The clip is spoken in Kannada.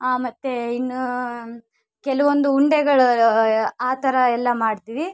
ಆ ಮತ್ತು ಇನ್ನು ಕೆಲವೊಂದು ಉಂಡೆಗಳು ಆ ಥರ ಎಲ್ಲ ಮಾಡ್ತೀವಿ